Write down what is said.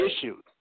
issues